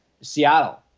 Seattle